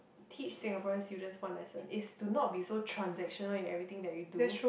teach Singaporean students one lesson is to not be so transaction one in everything that you do